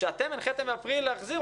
שאתם הנחיתם באפריל להחזיר,